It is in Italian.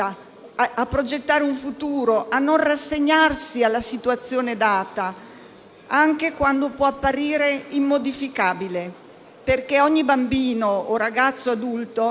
a progettare un futuro, a non rassegnarsi alla situazione data, anche quando può apparire immodificabile. Ogni bambino o ragazzo adulto,